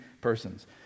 persons